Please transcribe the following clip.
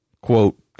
quote